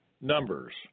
Numbers